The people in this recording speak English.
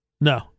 No